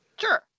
Sure